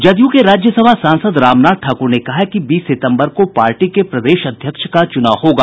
जदयू के राज्यसभा सांसद रामनाथ ठाकुर ने कहा है कि बीस सितंबर को पार्टी के प्रदेश अध्यक्ष का चुनाव होगा